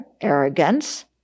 arrogance